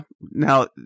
Now